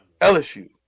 LSU